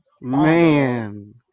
Man